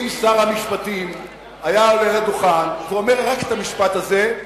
אם שר המשפטים היה עולה לדוכן ואומר רק את המשפט הזה,